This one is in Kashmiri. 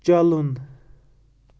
چلُن